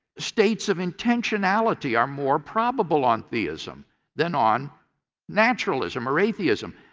states of intentionality are more probable on theism than on naturalism or atheism.